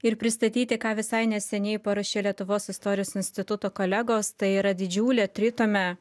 ir pristatyti ką visai neseniai pauošė lietuvos istorijos instituto kolegos tai yra didžiulė tritomė